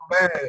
man